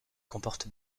comporte